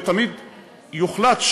ותמיד יוחלט,